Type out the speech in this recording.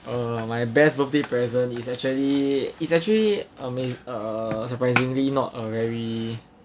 uh my best birthday present is actually is actually ama~ uh surprisingly not a very